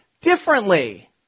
differently